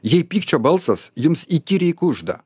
jei pykčio balsas jums įkyriai kužda